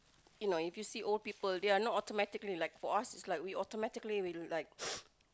you know if you see old people they are not automatically like for us like we automatically we like